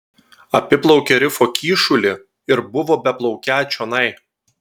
apiplaukė rifo kyšulį ir buvo beplaukią čionai